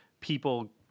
people